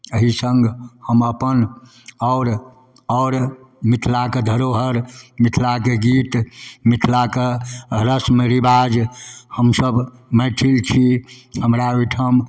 एहिसङ्ग हम अपन आओर आओर मिथिलाके धरोहरि मिथिलाके गीत मिथिलाके रस्म रिवाज हमसभ मैथिल छी हमरा ओहिठाम